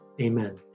Amen